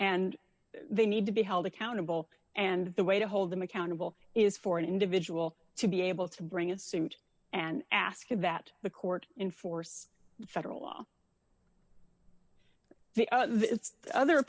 and they need to be held accountable and the way to hold them accountable is for an individual to be able to bring it seemed and asking that the court enforce the federal law the other